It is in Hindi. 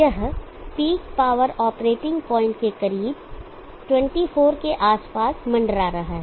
यह पीक पॉवर ऑपरेटिंग पॉइंट के करीब 24 के आसपास मंडरा रहा है